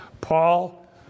Paul